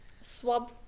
swab